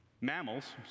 mammals